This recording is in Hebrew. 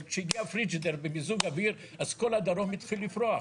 אבל כשהגיע פריג'דר ומיזוג אוויר אז כל הדרום התחיל לפרוח.